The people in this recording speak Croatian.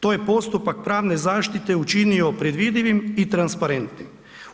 To je postupak pravne zaštite učinio predvidivim i transparentnim.